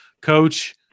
coach